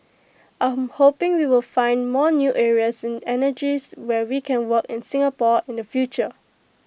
I'm hoping we will find more new areas in energies where we can work in Singapore in the future